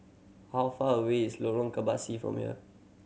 how far away is Lorong Kebasi from here